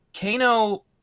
Kano